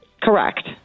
Correct